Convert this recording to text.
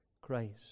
Christ